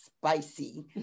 spicy